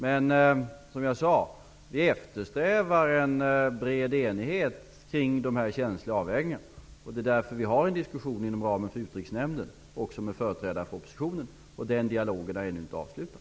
Men, som jag sade, vi eftersträvar en bred enighet kring de här känsliga avvägningarna. Det är därför vi har en diskussion inom ramen för Utrikesnämnden och även med företrädare för oppositionen. Den dialogen är ännu inte avslutad.